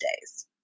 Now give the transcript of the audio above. days